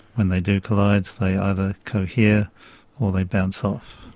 when they do collide they either cohere or they bounce off.